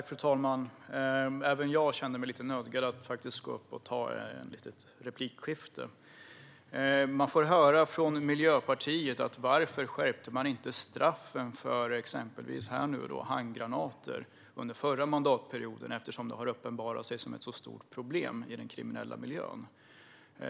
Fru talman! Även jag känner mig lite nödgad att gå upp i debatten och ta ett litet replikskifte. Vi får höra från Miljöpartiet: Varför skärpte man inte straffen för exempelvis handgranater under förra mandatperioden, eftersom det har uppenbarat sig som ett så stort problem i den kriminella miljön?